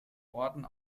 orden